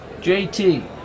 JT